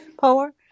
power